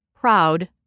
Proud